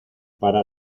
para